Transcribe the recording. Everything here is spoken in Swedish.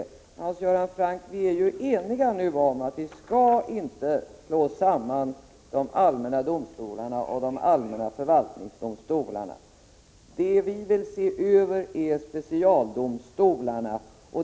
Vi är ju, Hans Göran Franck, eniga om att vi inte skall slå samman de allmänna domstolarna och de allmänna förvaltningsdomstolarna. Det som vi villse över är specialdomstolarna.